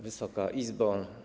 Wysoka Izbo!